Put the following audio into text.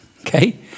Okay